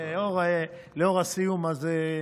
לאור הסיום הזה.